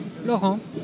Laurent